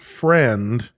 friend